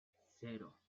cero